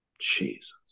Jesus